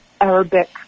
Arabic